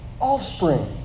offspring